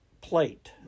plate